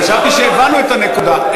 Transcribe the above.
חשבתי שהבנו את הנקודה.